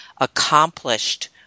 accomplished